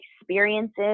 experiences